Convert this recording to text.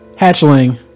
Hatchling